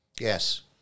Yes